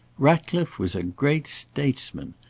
ratcliffe was a great statesman.